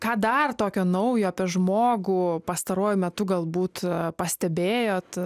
ką dar tokio naujo apie žmogų pastaruoju metu galbūt pastebėjot